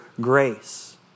grace